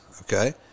okay